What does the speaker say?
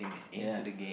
ya